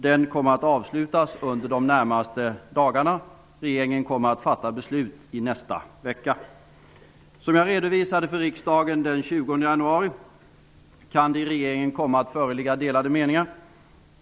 Den kommer att avslutas under de närmaste dagarna. Regeringen kommer att fatta beslut i nästa vecka. Som jag redovisade för riksdagen den 20 januari kan det i regeringen komma att föreligga delade meningar.